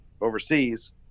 overseas